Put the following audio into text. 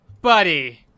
buddy